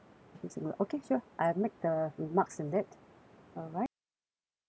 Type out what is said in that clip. two single okay sure I have make the remarks in that alright mm